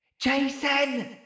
Jason